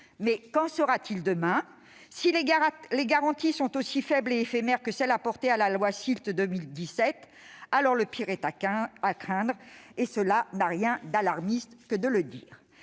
Qu'en sera-t-il demain ? Si les garanties sont aussi faibles et éphémères que celles qui ont été apportées à la loi SILT de 2017, alors le pire est à craindre, et cela n'a rien d'alarmiste que de le dire.